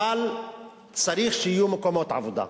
אבל צריך שיהיו מקומות עבודה.